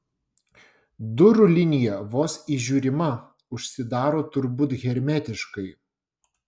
durų linija vos įžiūrima užsidaro turbūt hermetiškai